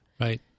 Right